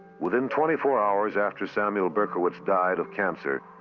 within twenty four hours after samuel berkowitz died of cancer,